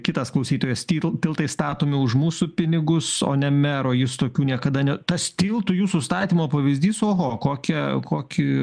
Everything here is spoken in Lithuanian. kitas klausytojas tyl tiltai statomi už mūsų pinigus o ne mero jis tokių niekada ne tas tiltų jūsų statymo pavyzdys oho kokia kokį